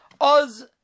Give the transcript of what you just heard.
Oz